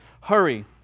Hurry